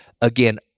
Again